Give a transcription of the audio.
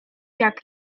jak